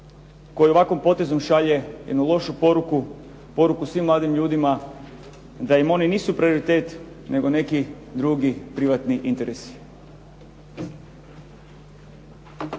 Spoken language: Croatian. koja ovakvim potezom šalje jednu lošu poruku, poruku svim mladim ljudima da im ono nisu prioritet, nego neki drugi privatni interesi.